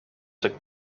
took